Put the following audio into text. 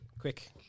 Quick